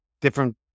different